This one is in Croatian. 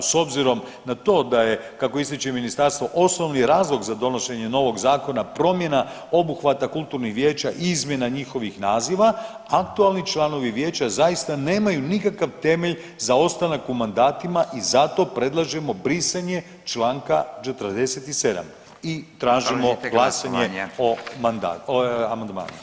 S obzirom na to da je kako ističe ministarstvo osnovni razlog za donošenje novog zakona promjena obuhvata kulturnih vijeća i izmjena njihovih naziva aktualni članovi vijeća zaista nemaju nikakav temelj za ostanak u mandatima i zato predlažemo brisanje članka 47. i tražimo glasovanje o amandmanu.